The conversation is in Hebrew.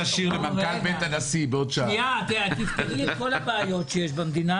את תפתרי את כל הבעיות שיש במדינה?